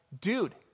dude